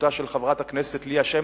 בראשותה של חברת הכנסת ליה שמטוב.